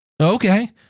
Okay